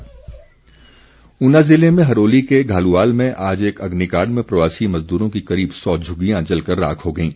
आग ऊना ज़िले में हरोली के घालूवाल में आज एक अग्निकाण्ड में प्रवासी मज़दूरों की करीब सौ झुग्गियां जलकर राख हो गईं